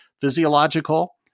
physiological